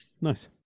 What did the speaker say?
nice